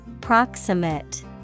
Proximate